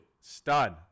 Stun